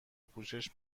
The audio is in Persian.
پوشش